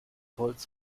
holz